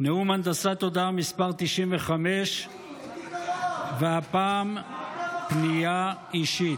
נאום הנדסת תודעה מס' 95. הפעם פנייה אישית.